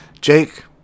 Jake